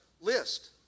list